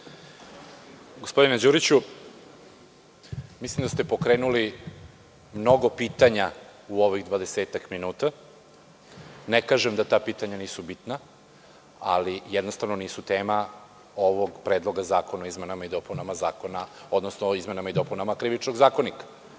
Gospodine Đuriću, mislim da ste pokrenuli mnogo pitanja u ovih 20 minuta. Ne kažem da ta pitanja nisu bitna, ali jednostavno nisu tema ovog predloga zakona o izmenama i dopunama Krivičnog zakonika. Spreman